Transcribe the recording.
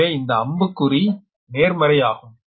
எனவே இந்த அம்புக்குறி நேர்மறை ஆகும்